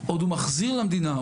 הוא עוד מחזיר למדינה,